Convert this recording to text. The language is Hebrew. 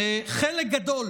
וחלק גדול